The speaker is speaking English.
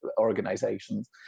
organizations